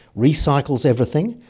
recycles everything,